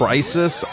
Crisis